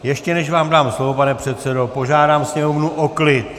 Ještě než vám dám slovo, pane předsedo, požádám sněmovnu o klid!